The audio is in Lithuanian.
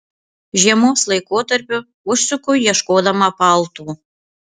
žiemos laikotarpiu užsuku ieškodama paltų